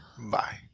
Bye